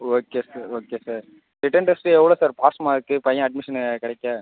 okay sir okay sir written test எவ்வளோ sir pass mark பையன் admission கிடைக்க